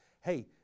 hey